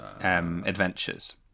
adventures